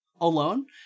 alone